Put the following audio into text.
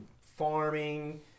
farming